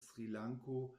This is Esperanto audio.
srilanko